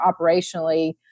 operationally